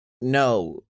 no